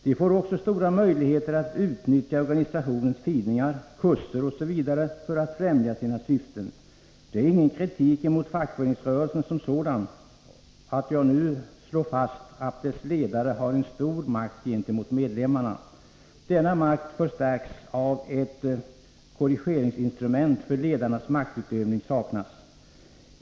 De får också stora möjligheter att utnyttja organisationens tidningar, kurser m.m. för att främja sina syften. Det är ingen kritik mot fackföreningsrörelsen som sådan att jag nu slår fast att dess ledare har en stor makt gentemot medlemmarna. Denna makt förstärks av att korrigeringsinstrument för ledarnas maktutövning saknas.